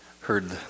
heard